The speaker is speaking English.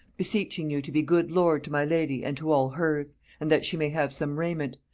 beseeching you to be good lord to my lady and to all hers and that she may have some rayment.